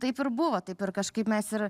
taip ir buvo taip ir kažkaip mes ir